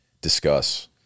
discuss